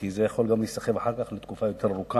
כי זה יכול להיסחב אחר כך לתקופה יותר ארוכה.